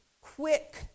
quick